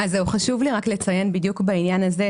חשוב לי רק לציין בדיוק בעניין הזה,